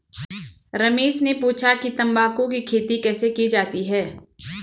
रमेश ने पूछा कि तंबाकू की खेती कैसे की जाती है?